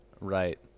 right